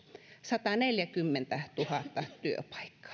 sataneljäkymmentätuhatta työpaikkaa